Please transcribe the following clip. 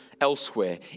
elsewhere